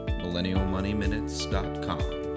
MillennialMoneyMinutes.com